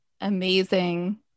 amazing